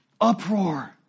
uproar